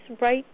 right